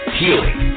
healing